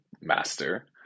master